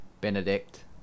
Benedict